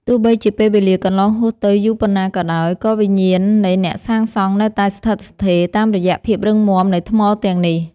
ទោះបីជាពេលវេលាកន្លងហួសទៅយូរប៉ុណ្ណាក៏ដោយ ក៏វិញ្ញាណនៃអ្នកសាងសង់នៅតែស្ថិតស្ថេរតាមរយៈភាពរឹងមាំនៃថ្មទាំងនេះ។